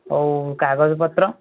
ହେଉ କାଗଜପତ୍ର